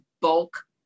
bulk